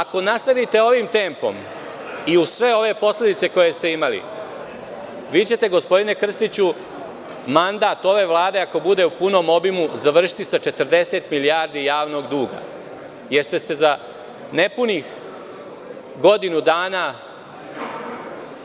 Ako nastavite ovim tempom i uz sve ove posledice koje ste imali, vi ćete, gospodine Krstiću, mandat ove vlade, ako bude u punom obimu, završiti sa 40 milijardi javnog duga, jer ste se za nepunih godinu dana